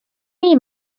nii